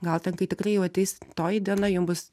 gal ten kai tikrai jau ateis toji diena jum bus